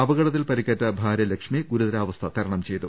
അപകടത്തിൽ പരിക്കേറ്റ ഭാരൃ ലക്ഷ്മി ഗുരുതരാവസ്ഥ ത്രണം ചെയ്തു